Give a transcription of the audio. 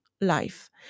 life